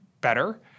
better